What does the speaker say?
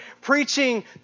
preaching